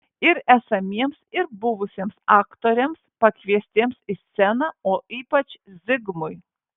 ir esamiems ir buvusiems aktoriams pakviestiems į sceną o ypač zigmui